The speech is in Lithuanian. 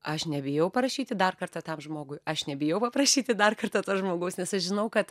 aš nebijau parašyti dar kartą tam žmogui aš nebijau paprašyti dar kartą to žmogaus nes aš žinau kad